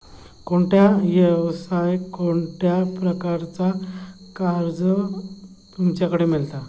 कोणत्या यवसाय कोणत्या प्रकारचा कर्ज तुमच्याकडे मेलता?